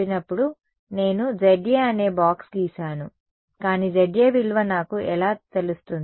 మేము సమానమైన సర్క్యూట్ను ఎలా పొందగలము అని మీరు చెప్పినప్పుడు నేను Za అనే బాక్స్ గీసాను కానీ Za విలువ నాకు ఎలా తెలుస్తుంది